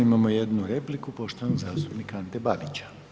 Imamo jednu repliku poštovanog zastupnika Ante Babića.